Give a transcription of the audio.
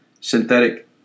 synthetic